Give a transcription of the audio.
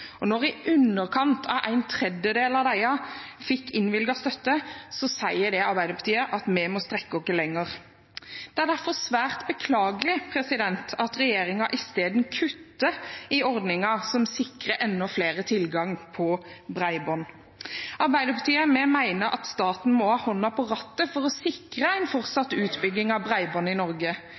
2016. Når i underkant av en tredjedel av dem fikk innvilget støtte, sier det Arbeiderpartiet at vi må strekke oss lenger. Det er derfor svært beklagelig at regjeringen isteden kutter i ordningen som sikrer enda flere tilgang til bredbånd. Arbeiderpartiet mener at staten må ha hånden på rattet for å sikre en fortsatt utbygging av bredbånd i Norge.